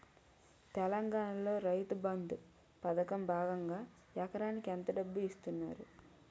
తెలంగాణలో రైతుబంధు పథకం భాగంగా ఎకరానికి ఎంత డబ్బు ఇస్తున్నారు?